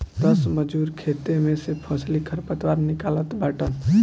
दस मजूर खेते में से फसली खरपतवार निकालत बाटन